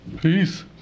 Peace